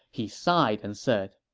he sighed and said,